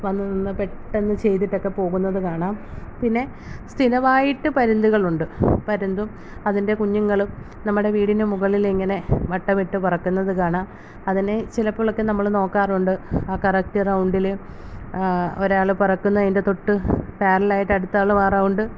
വന്ന് നിന്ന് പെട്ടെന്ന് ചെയ്തിട്ടൊക്കെ പോകുന്നത് കാണാം പിന്നെ സ്ഥിരവായിട്ട് പരുന്തുകളുണ്ട് പരുന്തും അതിൻ്റെ കുഞ്ഞുങ്ങളും നമ്മുടെ വീടിന് മുകളിങ്ങനെ വട്ടമിട്ട് പറക്കുന്നത് കാണാം അതിനെ ചിലപ്പോളക്കെ നമ്മള് നോക്കാറൊണ്ട് ആ കറക്റ്റ് റൗണ്ടില് ഒരാള് പറക്കുന്നതിൻ്റെ തൊട്ട് പാരലലായിട്ട് അടുത്താള് ആ റൗണ്ട്